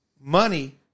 money